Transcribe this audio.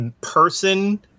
person